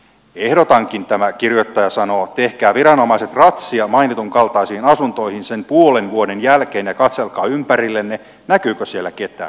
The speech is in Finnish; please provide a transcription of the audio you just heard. ehdotankin tämä kirjoittaja sanoo tehkää viranomaiset ratsia mainitun kaltaisiin asuntoihin sen puolen vuoden jälkeen ja katselkaa ympärillenne näkyykö siellä ketään